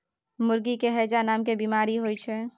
मुर्गी के हैजा नामके बेमारी होइ छै